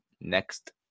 next